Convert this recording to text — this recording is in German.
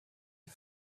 die